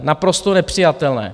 Naprosto nepřijatelné!